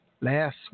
Last